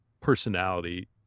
personality